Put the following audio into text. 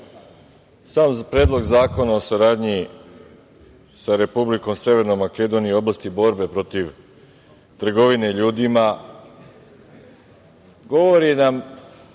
sam Predlog zakona o saradnji sa Republikom Severnom Makedonijom u oblasti borbe protiv trgovine ljudima govori nam